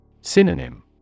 Synonym